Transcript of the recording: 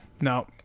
No